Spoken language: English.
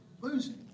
losing